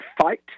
fight